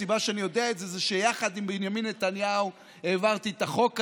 הסיבה שאני יודע את זה היא שיחד עם בנימין נתניהו העברתי את החוק הזה.